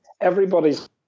everybody's